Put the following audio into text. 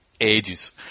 ages